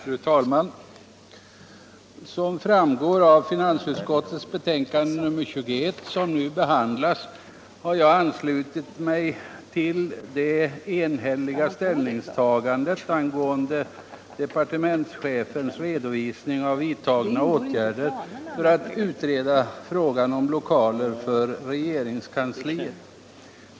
Fru talman! Som framgår av finansutskottets betänkande nr 21, som nu behandlas, har jag anslutit mig till det enhälliga ställningstagandet angående departementschefens redovisning av vidtagna åtgärder för att utreda frågan om lokaler för regeringskansliet.